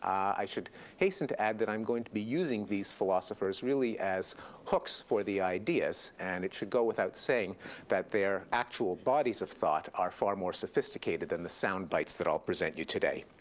i should hasten to add that i'm going to be using these philosophers really as hooks for the ideas. and it should go without saying that their actual bodies of thought are far more sophisticated than the sound bites that i'll present you today.